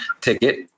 ticket